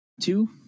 two